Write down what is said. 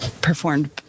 performed